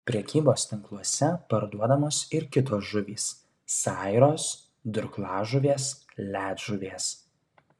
prekybos tinkluose parduodamos ir kitos žuvys sairos durklažuvės ledžuvės